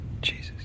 Jesus